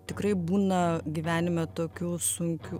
tikrai būna gyvenime tokių sunkių